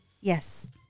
Yes